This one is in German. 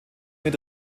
mit